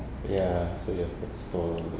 ya so he has a store